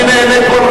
אני נהנה כל רגע.